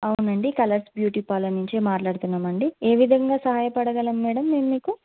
అవునండి colours beauty parlour నుంచే మాట్లాడుతున్నామండి ఏ విధంగా సహాయపడగలము మేడం మేము మీకు